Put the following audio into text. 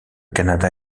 canada